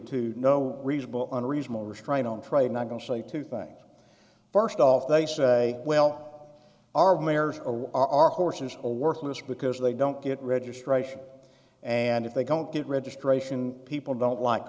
to no reasonable or unreasonable restraint on trade not going to say two things first off they say well our way or our horses are worthless because they don't get registration and if they don't get registration people don't like